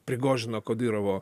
prigožino kadirovo